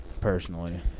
personally